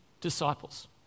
disciples